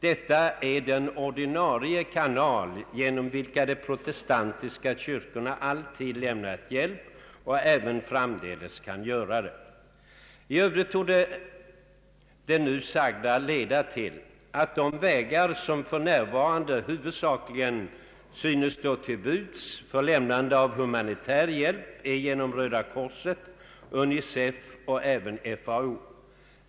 Detta är den ordinarie kanal genom vilken de protestantiska kyrkorna alltid lämnat hjälp och även framdeles kan göra det. I övrigt torde det nu sagda leda till att de vägar, som för närvarande huvudsakligen synes stå till buds för lämnande av humanitär hjälp, är genom Röda korset, UNICEF och även FAO.